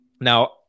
Now